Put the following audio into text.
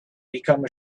become